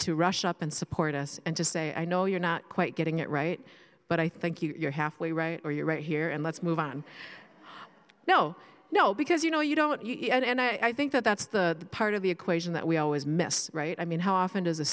to rush up and support us and to say i know you're not quite getting it right but i think you're halfway right or you're right here and let's move on no no because you know you don't you and i think that that's the part of the equation that we always miss right i mean how often does a